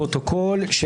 לפרוטוקול.